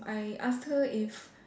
I ask her if